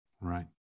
Right